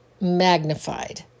magnified